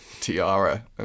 tiara